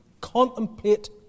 Contemplate